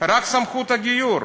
רק סמכות הגיור.